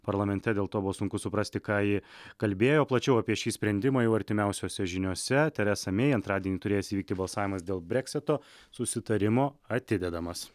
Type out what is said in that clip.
parlamente dėl to buvo sunku suprasti ką ji kalbėjo plačiau apie šį sprendimą jau artimiausiose žiniose teresa mey antradienį turėjęs įvykti balsavimas dėl breksito susitarimo atidedamas